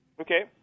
Okay